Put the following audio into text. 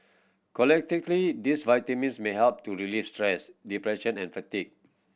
collectively these vitamins may help to relieve stress depression and fatigue